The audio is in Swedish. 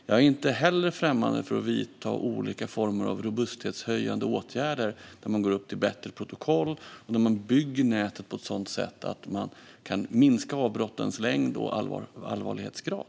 Jag är inte heller främmande för att vidta olika former av robusthetshöjande åtgärder när man går upp till bättre protokoll och när man bygger nätet på ett sådant sätt att man kan minska avbrottens längd och allvarlighetsgrad.